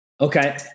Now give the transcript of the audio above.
Okay